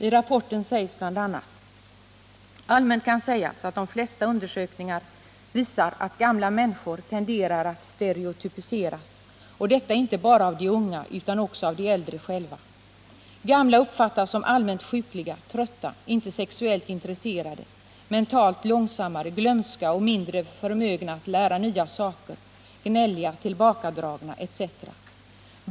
I rapporten sägs bl.a.: Allmänt kan sägas att de flesta undersökningar visat att gamla människor tenderar att stereotypiseras och detta inte bara av de unga utan också av de äldre själva. De gamla uppfattas som allmänt sjukliga, trötta, inte sexuellt intresserade, mentalt långsammare, glömska och mindre förmögna att lära nya saker, gnälliga, tillbakadragna etc.